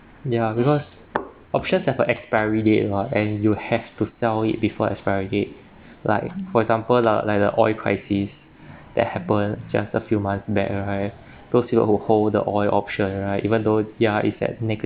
ya because options have a expiry date lor and you have to sell it before expiry date like for example the like the oil crisis that happen just a few months back right those who hold the oil option right even though ya it's like negative